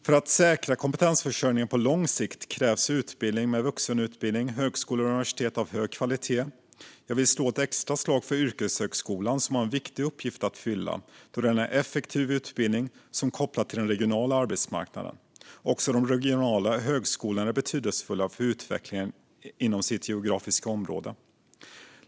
För att säkra kompetensförsörjningen på lång sikt krävs utbildning med vuxenutbildning, högskolor och universitet av hög kvalitet. Jag vill slå ett extra slag för yrkeshögskolan som har en viktig uppgift att fylla, då den är en effektiv utbildning som är kopplad till den regionala arbetsmarknaden. Också de regionala högskolorna är betydelsefulla för utvecklingen inom sitt geografiska område.